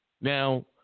Now